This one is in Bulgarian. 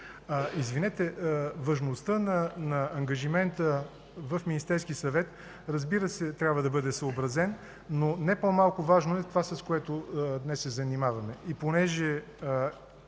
Извинете, важността на ангажимента в Министерския съвет, разбира се, трябва да бъде съобразена, но не по-малко важно е и това, с което днес се занимаваме.